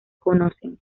conocen